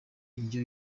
indyo